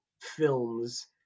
films